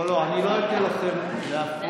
לא, אני לא אתן לכם להפריע.